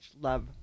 love